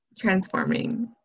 transforming